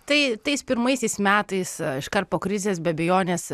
tai tais pirmaisiais metais iškart po krizės be abejonės